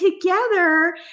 together